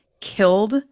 killed